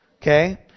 okay